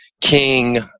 king